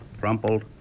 Crumpled